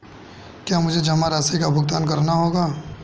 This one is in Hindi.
क्या मुझे जमा राशि का भुगतान करना होगा?